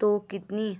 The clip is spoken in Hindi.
तो कितनी?